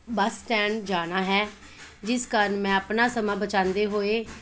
ਬਸ stand ਜਾਣਾ ਹੈ ਜਿਸ ਕਾਰਣ ਮੈਂ ਆਪਣਾ ਸਮਾਂ ਬਚਾਉਂਦੇ ਹੋਏ